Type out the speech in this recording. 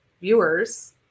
viewers